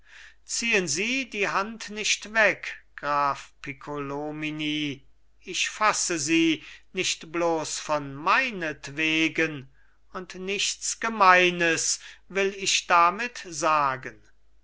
ziehen sie die hand nicht weg graf piccolomini ich fasse sie nicht bloß von meinetwegen und nichts gemeines will ich damit sagen